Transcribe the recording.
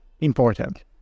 important